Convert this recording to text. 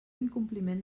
incompliment